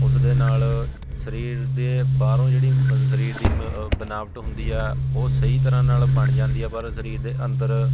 ਉਸ ਦੇ ਨਾਲ ਸਰੀਰ ਦੇ ਬਾਹਰੋਂ ਜਿਹੜੀ ਸਰੀਰ ਦੀ ਅ ਬਨਾਵਟ ਹੁੰਦੀ ਆ ਉਹ ਸਹੀ ਤਰ੍ਹਾਂ ਨਾਲ ਬਣ ਜਾਂਦੀ ਆ ਪਰ ਸਰੀਰ ਦੇ ਅੰਦਰ